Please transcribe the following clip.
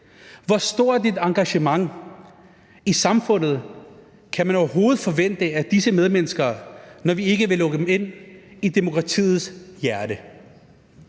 Hvor stort et engagement i samfundet kan man overhovedet forvente af disse medmennesker, når vi ikke vil lukke dem ind i demokratiets hjerte?